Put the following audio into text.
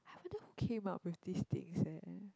I wouldn't came up with these things eh